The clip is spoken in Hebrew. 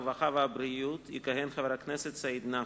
הרווחה והבריאות יכהן חבר הכנסת סעיד נפאע,